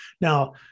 Now